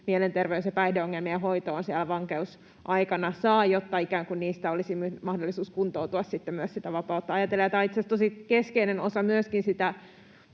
mielenterveys- ja päihdeongelmien hoitoon siellä vankeusaikana saa, jotta niistä olisi mahdollisuus kuntoutua sitten myös sitä